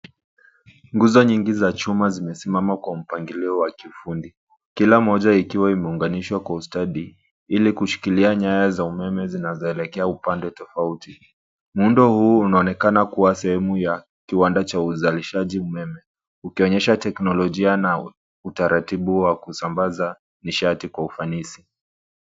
Nguzo nyingi za chuma zimesimama kwa mpangilio wa kiufundi kila moja ikiwa imeunganishwa kwa ustadi ili kushikilia nyaya za umeme zinazoelekea upande tofauti. Muundo huu unaonekana kuwa sehemu ya kiwanda cha uzalishaji umeme ukionyesha teknolojia na utaratibu wa kusambaza ni sharti kwa ufanisi.